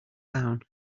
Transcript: down